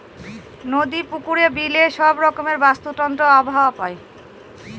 নদী, পুকুরে, বিলে সব রকমের বাস্তুতন্ত্র আবহাওয়া পায়